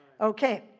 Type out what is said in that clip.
Okay